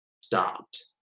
stopped